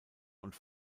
und